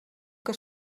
que